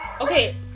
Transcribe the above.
Okay